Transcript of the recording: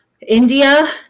India